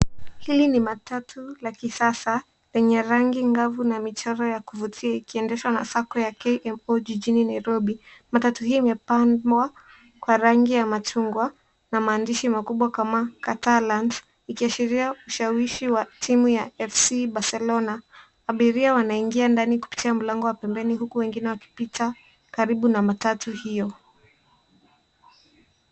Hili ni matatu la kisasa lenye rangi angavu na michoro ya kuvutia ikiendeshwa na SACCO ya KMO jijini Nairobi. Matatu hiyo imepambwa kwa rangi ya machungwa na maandishi makubwa kama Catalans ikiashiria ushawishi ya timu ya FC Barcelona. Abiria wanaingia ndani kupitia mlango wa pembeni huku wengine wakipita karibu na matatu hiyo.